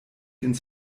ins